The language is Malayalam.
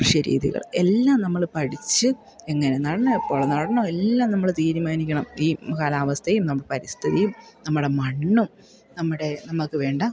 കൃഷി രീതികൾ എല്ലാം നമ്മൾ പഠിച്ച് എങ്ങനെ നടണം എപ്പോൾ നടണം എല്ലാം നമ്മൾ തീരുമാനിക്കണം ഈ കാലാവസ്ഥയും നമ്മുടെ പരിസ്ഥിതിയും നമ്മുടെ മണ്ണും നമ്മുടെ നമുക്ക് വേണ്ട